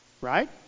Right